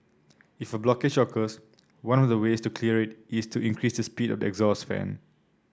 if a blockage occurs one of the ways to clear it is to increase the speed of the exhaust fan